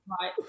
Right